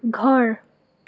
ঘৰ